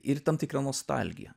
ir tam tikra nostalgija